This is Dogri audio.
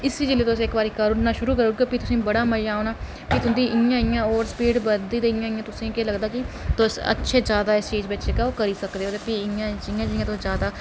इसी जेल्लै तुस इ बारी करना शुरू करी ओड़गो फ्ही तुसेंई बड़ा मजा औना फ्ही तुंदी इयां इयां होर स्पीड बधदी ते तुसेंई लगदा कि तुस अच्छा जादा इस चीज बिच जेह्का सकदे ओ ते भी जि'यां जि'यां तुस जादा